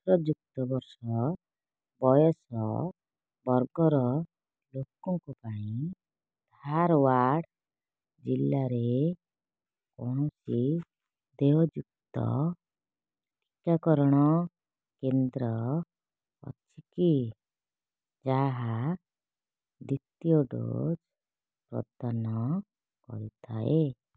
ଅଠର ଯୁକ୍ତ ବର୍ଷ ବୟସ ବର୍ଗର ଲୋକଙ୍କ ପାଇଁ ଧାର୍ୱାଡ଼ ଜିଲ୍ଲାରେ କୌଣସି ଦେୟଯୁକ୍ତ ଟିକାକରଣ କେନ୍ଦ୍ର ଅଛି କି ଯାହା ଦ୍ୱିତୀୟ ଡୋଜ୍ ପ୍ରଦାନ କରିଥାଏ